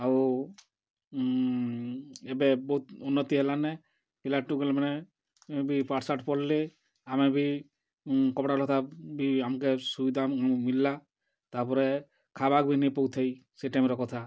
ଆଉ ଏବେ ବହୁତ୍ ଉନ୍ନତି ହେଲାନ ପିଲା ଟୁକେଲ୍ ମାନେ ବି ପାଠ୍ ଶାଠ୍ ପଢ଼୍ଲେ ଆମେ ବି କପ୍ଡ଼ା ଲତା ବି ଆମ୍କେ ସୁବିଧା ମିଲ୍ଲା ତା'ର୍ପରେ ଖାଏବାର୍କେ ବି ନାଇଁ ପାଉଥାଇ ସେ ଟାଇମ୍ ର କଥା